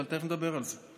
אבל תכף נדבר על זה: